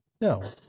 No